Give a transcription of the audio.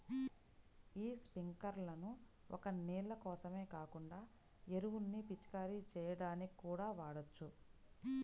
యీ స్పింకర్లను ఒక్క నీళ్ళ కోసమే కాకుండా ఎరువుల్ని పిచికారీ చెయ్యడానికి కూడా వాడొచ్చు